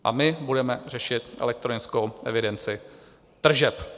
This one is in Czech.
A my budeme řešit elektronickou evidenci tržeb!